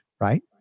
right